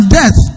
death